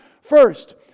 First